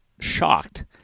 Shocked